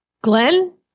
Glenn